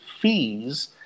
fees